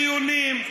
נבוא רעננים לדיונים,